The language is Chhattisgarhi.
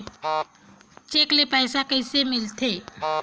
चेक ले पईसा कइसे मिलथे?